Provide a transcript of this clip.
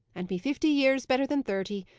and me fifty years better than thirty,